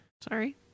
Sorry